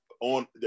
on